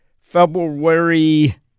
February